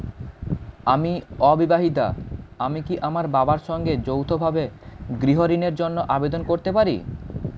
আমি অবিবাহিতা আমি কি আমার বাবার সঙ্গে যৌথভাবে গৃহ ঋণের জন্য আবেদন করতে পারি?